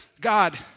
God